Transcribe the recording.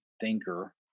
thinker